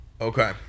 Okay